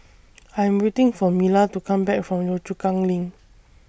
I'm waiting For Mila to Come Back from Yio Chu Kang LINK